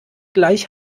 gleich